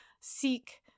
seek